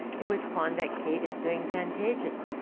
it was klondike kate is suing pantages.